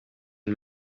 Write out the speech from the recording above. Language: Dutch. een